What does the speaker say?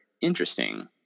interesting